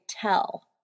tell